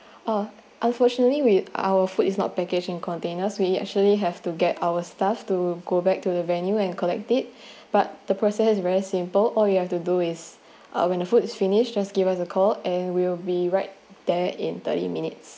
oh unfortunately we our food is not packaged in containers we actually have to get our staff to go back to the venue and collect it but the process is very simple all you have to do is uh when the food is finished just give us a call and we'll be right there in thirty minutes